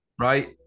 right